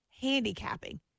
handicapping